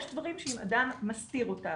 יש דברים שאם אדם מסתיר אותם,